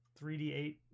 3D8